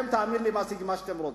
תאמין לי שאתם משיגים מה שאתם רוצים.